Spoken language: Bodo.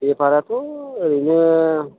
बेफाराथ' ओरैनो